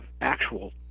actual